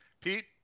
Pete